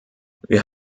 wir